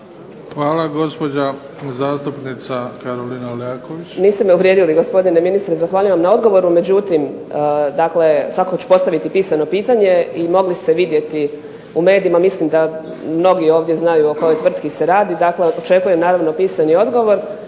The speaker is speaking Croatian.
Hvala. Gospođa zastupnica Karolina Leaković.